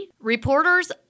Reporters